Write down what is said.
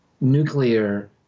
nuclear